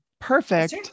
perfect